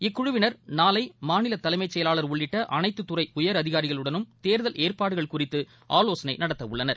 இக்குழுவினர் நாளை மாநில தலைமைச் செயலாளர் உள்ளிட்ட அனைத்துத் துறை உயரதிகாரிகளுடன் தேர்தல் ஏற்பாடுகள் குறித்து ஆலோசனை நடத்த உள்ளனர்